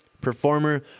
performer